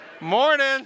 Morning